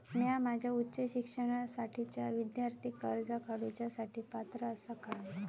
म्या माझ्या उच्च शिक्षणासाठीच्या विद्यार्थी कर्जा काडुच्या साठी पात्र आसा का?